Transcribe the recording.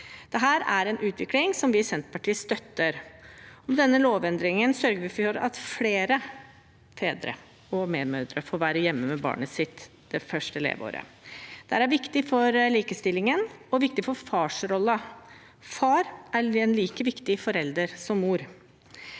Dette er en utvikling vi i Senterpartiet støtter. Med denne lovendringen sørger vi for at flere fedre og medmødre får være hjemme med barnet sitt det første leveåret. Dette er viktig for likestillingen og for farsrollen. Far er en like viktig forelder som mor.